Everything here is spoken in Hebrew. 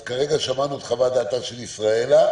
שמענו את חוות דעתה של ישראלה.